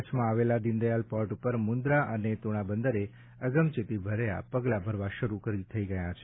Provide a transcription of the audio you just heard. કચ્છમાં આવેલા દિનદયાલ પોર્ટ ઉપરાંત મુક્રા અને તુણા બંદરે અગમચેતી ભર્યા પગલાં ભરવા શરૂ થઈ ગયા છે